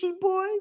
boy